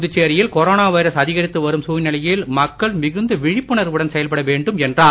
புதுச்சேரியில் corona virus அதிகரித்து வரும் சூழ்நிலையில் மக்கள் மிகுந்த விழிப்புணர்வுடன் செயல்பட வேண்டும் என்றார்